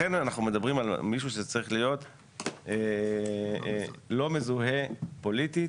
לכן אנחנו מדברים על מישהו שצריך להיות לא מזוהה פוליטית.